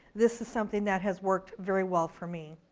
this is something that has worked very well for me.